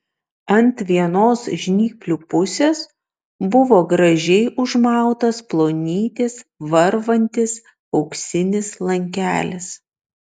ant vienos žnyplių pusės buvo gražiai užmautas plonytis varvantis auksinis lankelis